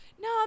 no